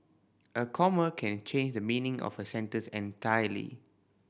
a comma can change the meaning of a sentence entirely